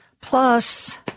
Plus